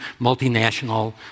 multinational